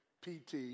PT